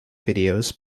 videos